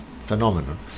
phenomenon